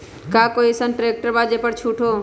का कोइ अईसन ट्रैक्टर बा जे पर छूट हो?